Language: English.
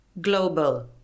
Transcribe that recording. global